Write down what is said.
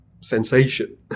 sensation